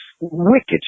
wicked